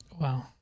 Wow